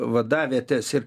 vadavietes ir